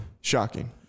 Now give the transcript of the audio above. Shocking